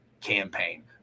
campaign